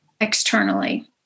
externally